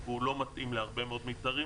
הוא לא מתאים להרבה מאוד מגזרים,